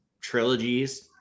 trilogies